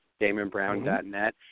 DamonBrown.net